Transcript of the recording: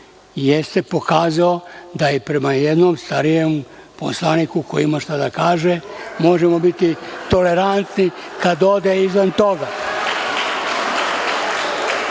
jeste pokazao da i prema jednom starijem poslaniku, koji ima šta da kaže, možemo biti tolerantni kada ode izvan toga